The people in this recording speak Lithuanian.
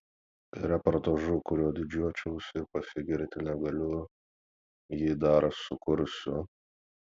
reportažu kuriuo didžiuočiausi pasigirti negaliu jį dar sukursiu